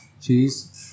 cheese